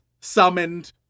summoned